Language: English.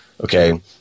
Okay